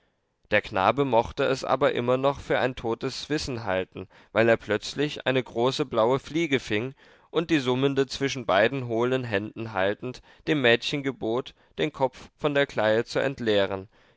der knabe mochte es aber immer noch für ein totes wissen halten weil er plötzlich eine große blaue fliege fing und die summende zwischen beiden hohlen händen haltend dem mädchen gebot den kopf von der kleie zu entleeren